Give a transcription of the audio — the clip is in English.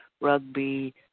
rugby